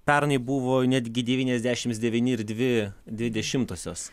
pernai buvo netgi devyniasdešims devyni ir dvi dvi dešimtosios